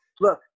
look